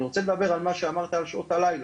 אני רוצה לדבר על מה שאמרת על שעות הלילה.